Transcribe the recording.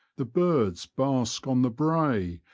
the birds bask on the brae,